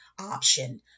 option